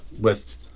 with-